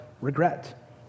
regret